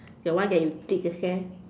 the one that you dig the sand